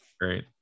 Great